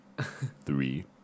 three